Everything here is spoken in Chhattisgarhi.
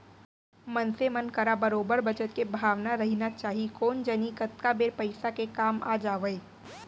मनसे मन करा बरोबर बचत के भावना रहिना चाही कोन जनी कतका बेर पइसा के काम आ जावय